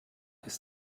ist